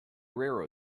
railway